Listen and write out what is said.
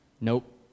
Nope